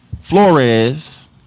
Flores